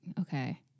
okay